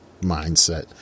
mindset